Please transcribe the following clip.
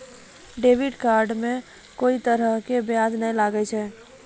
debit card मे कोई तरह के ब्याज नाय लागै छै